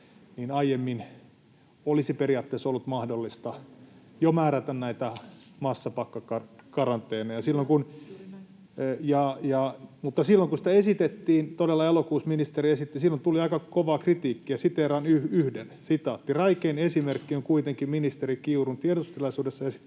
että aiemmin olisi periaatteessa ollut mahdollista jo määrätä näitä massapakkokaranteeneja, mutta silloin kun sitä esitettiin — todella elokuussa ministeri esitti — tuli aika kovaa kritiikkiä. Siteeraan yhden: ”Räikein esimerkki on kuitenkin ministeri Kiurun tiedotustilaisuudessa esittelemä